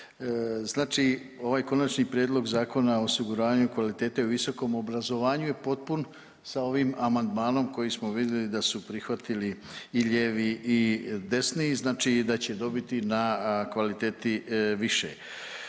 Znači ovaj Konačni prijedlog Zakona o osiguranju kvalitete u visokom obrazovanju je potpun sa ovim amandmanom koji smo vidjeli da su prihvatili i lijevi i desni i znači da će dobiti na kvaliteti više.